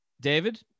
david